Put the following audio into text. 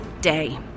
day